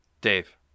Dave